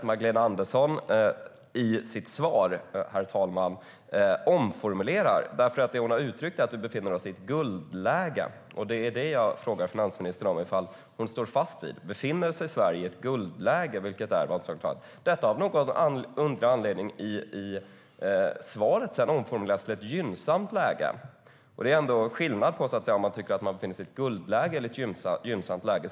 Magdalena Andersson har nämligen uttryckt att vi befinner oss i ett guldläge. Det är det som jag frågar finansministern om. Står hon fast vid att Sverige befinner sig i ett guldläge? I svaret har detta av någon underlig anledning omformulerats till "ett gynnsamt läge". Det är ändå skillnad på om man tycker att man befinner sig i ett guldläge eller ett gynnsamt läge.